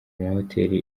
mahoteli